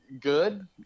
good